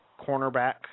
cornerback